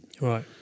right